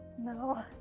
No